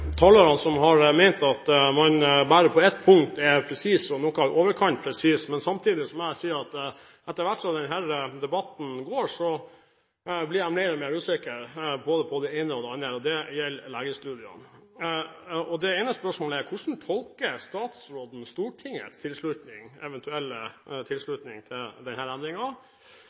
presis – og noe i overkant presis. Samtidig må jeg si at etter hvert som denne debatten går, blir jeg mer og mer usikker på både det ene og det andre. Når det gjelder legestudiene, er spørsmålet: Hvordan tolker statsråden Stortingets eventuelle tilslutning til